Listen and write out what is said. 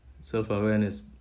self-awareness